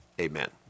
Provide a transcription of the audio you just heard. Amen